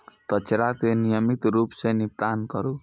कचरा के नियमित रूप सं निपटान करू